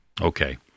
Okay